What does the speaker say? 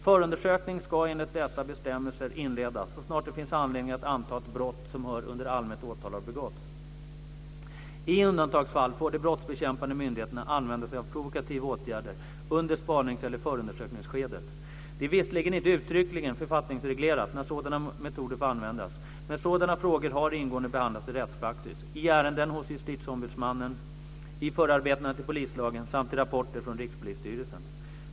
Förundersökning ska enligt dessa bestämmelser inledas så snart det finns anledning att anta att brott som hör under allmänt åtal har begåtts. I undantagsfall får de brottsbekämpande myndigheterna använda sig av provokativa åtgärder under spanings eller förundersökningsskedet. Det är visserligen inte uttryckligen författningsreglerat när sådana metoder får användas, men sådana frågor har ingående behandlats i rättspraxis, i ärenden hos Justitieombudsmannen, i förarbetena till polislagen samt i rapporter från Rikspolisstyrelsen.